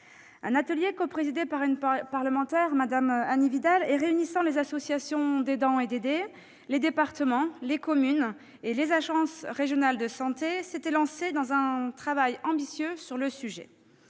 Un atelier coprésidé par une parlementaire, Mme Annie Vidal, et réunissant les associations d'aidants et d'aidés, les départements, les communes et les agences régionales de santé s'était lancé dans un travail ambitieux sur le sujet.